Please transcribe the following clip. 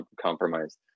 compromise